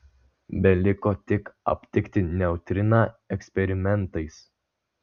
beliko tik aptikti neutriną eksperimentais